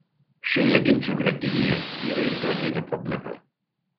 šioje ginčų grandinėje yra ir dar viena problema